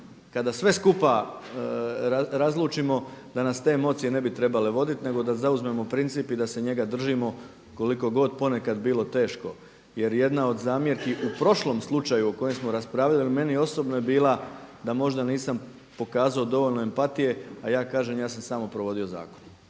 kada sve skupa razlučimo da nas te emocije ne bi trebale voditi nego da zauzmemo princip i da se njega držimo koliko god ponekad bilo teško. Jer jedna od zamjerki u prošlom slučaju o kojem smo raspravljali, meni osobno je bila da možda nisam pokazao dovoljno empatije a ja kažem ja sam samo provodio zakon.